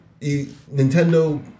Nintendo